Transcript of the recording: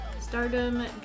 Stardom